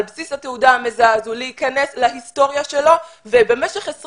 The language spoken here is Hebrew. על בסיס התעודה המזהה הזו להיכנס להיסטוריה שלו ובמשך 20